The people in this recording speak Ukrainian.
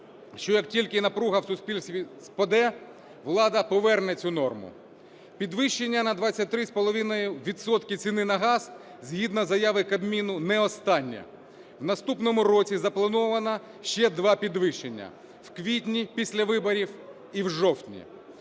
що, як тільки напруга в суспільстві спаде, влада поверне цю норму. Підвищення на 23,5 відсотки ціни на газ, згідно заяви Кабміну, не останнє. В наступному році заплановано ще два підвищення: в квітні, після виборів, і в жовтні.